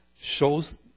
shows